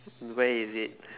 where is it